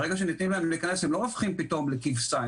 ברגע שנותנים להם להיכנס הם לא הופכים פתאום לכבשה,